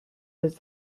was